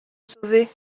sauver